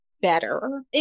better